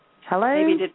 Hello